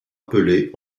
appelé